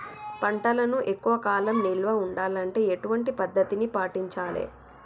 పంటలను ఎక్కువ కాలం నిల్వ ఉండాలంటే ఎటువంటి పద్ధతిని పాటించాలే?